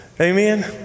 Amen